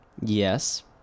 yes